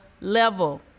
level